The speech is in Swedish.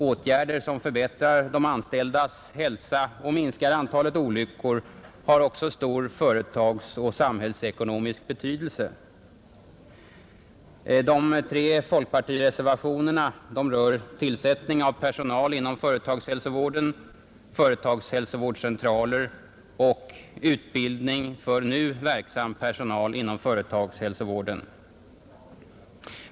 Åtgärder som förbättrar de anställdas hälsa och minskar antalet olyckor har också stor företagsoch samhällsekonomisk betydelse.” De tre folkpartireservationerna rör tillsättning av personal inom företagshälsovården, företagshälsovårdscentraler och utbildning för nu verksam personal inom företagshälsovården.